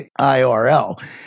IRL